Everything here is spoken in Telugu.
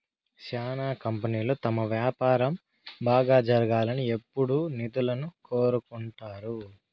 శ్యానా కంపెనీలు తమ వ్యాపారం బాగా జరగాలని ఎప్పుడూ నిధులను కోరుకుంటారు